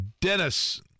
Dennis